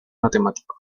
matemático